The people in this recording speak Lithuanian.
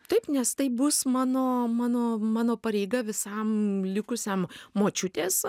taip nes tai bus mano mano mano pareiga visam likusiam močiutės